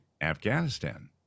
Afghanistan